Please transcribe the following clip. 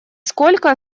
сколько